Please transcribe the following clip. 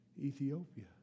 Ethiopia